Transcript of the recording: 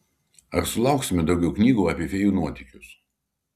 ar sulauksime daugiau knygų apie fėjų nuotykius